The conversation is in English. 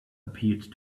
appeared